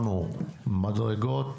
מדרגות